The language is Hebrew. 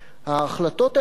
ההחלטות האלה,